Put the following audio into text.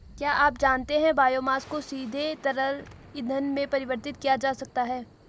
क्या आप जानते है बायोमास को सीधे तरल ईंधन में परिवर्तित किया जा सकता है?